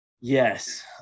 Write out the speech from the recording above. Yes